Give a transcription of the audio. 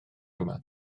yma